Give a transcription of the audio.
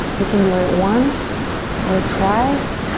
you can do it once or twice,